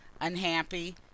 unhappy